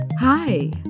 Hi